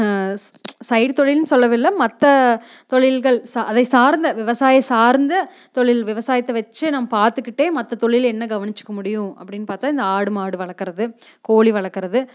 side தொழில்னு சொல்லைவில்ல மற்ற தொழில்கள் அதை சார்ந்த விவசாயம் சார்ந்த தொழில் விவசாயத்தை வச்சி நம்ம பார்த்துகிட்டே மற்ற தொழில் என்ன கவனிச்சிக்க முடியும் அப்படின்னு பார்த்தா இந்த ஆடு மாடு வளர்க்குறது கோழி வளர்க்குறது